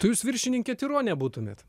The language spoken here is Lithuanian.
tai jūs viršininkė tironė būtumėt